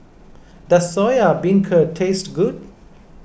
does Soya Beancurd taste good